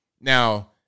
Now